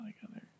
together